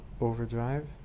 overdrive